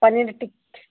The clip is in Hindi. पनीर टिक्की